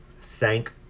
Thank